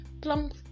plump